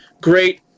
Great